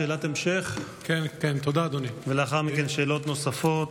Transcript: שאלת המשך, ולאחר מכן שאלות נוספות.